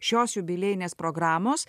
šios jubiliejinės programos